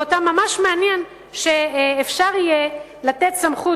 ואותם ממש מעניין שאפשר יהיה לתת סמכות